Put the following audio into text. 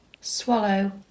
Swallow